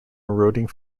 eroding